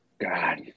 God